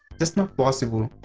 just not possible,